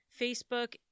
Facebook